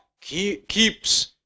keeps